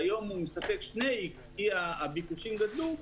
והיום הוא מספק שני איקס כי הביקושים גדלו,